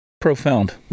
profound